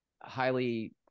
highly